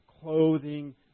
clothing